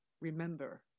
Remember